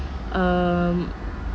um